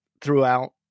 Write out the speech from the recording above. throughout